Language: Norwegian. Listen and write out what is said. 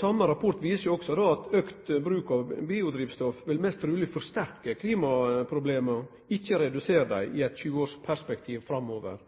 Same rapporten viser også at auka bruk av biodrivstoff mest truleg vil forsterke klimaproblema, ikkje redusere dei, i eit 20-årsperspektiv framover.